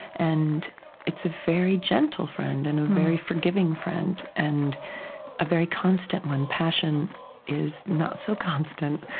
and it's a very gentle friend, and a very forgiving friend, and a very constant one. passion is not so constant,